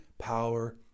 power